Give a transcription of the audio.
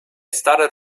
started